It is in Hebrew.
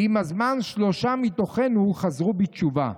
ועם הזמן שלושה מתוכנו חזרו בתשובה,